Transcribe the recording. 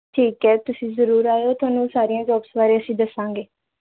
ਠੀਕ ਹੈ ਤੁਸੀਂ ਜ਼ਰੂਰ ਆਇਓ ਤੁਹਾਨੂੰ ਸਾਰੀਆਂ ਜੋਬਸ ਬਾਰੇ ਅਸੀਂ ਦੱਸਾਂਗੇ